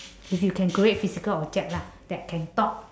if you can create physical object lah that can talk